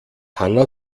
hanna